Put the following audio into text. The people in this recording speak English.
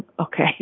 Okay